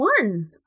one